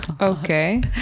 Okay